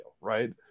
right